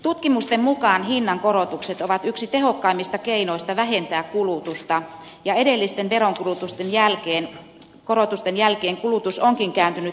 tutkimusten mukaan hinnankorotukset ovat yksi tehokkaimmista keinoista vähentää kulutusta ja edellisten veronkorotusten jälkeen kulutus onkin kääntynyt hitaaseen laskuun